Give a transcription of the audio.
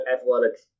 Athletics